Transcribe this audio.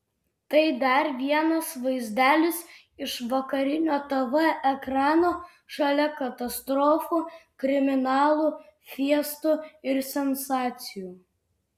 tai dar vienas vaizdelis iš vakarinio tv ekrano šalia katastrofų kriminalų fiestų ir sensacijų